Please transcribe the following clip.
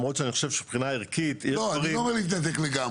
לא, אני לא אומר להתנתק לגמרי.